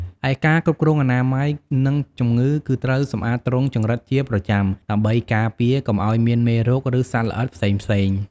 ឯការគ្រប់គ្រងអនាម័យ និងជំងឺ គឺត្រូវសម្អាតទ្រុងចង្រិតជាប្រចាំ ដើម្បីការពារកុំឲ្យមានមេរោគ ឬសត្វល្អិតផ្សេងៗ។